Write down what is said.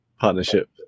partnership